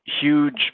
huge